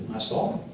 i saw